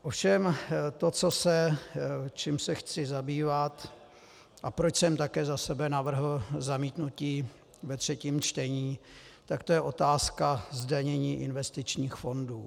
Ovšem to, čím se chci zabývat a proč jsem také za sebe navrhl zamítnutí ve třetím čtení, tak to je otázka zdanění investičních fondů.